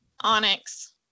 Onyx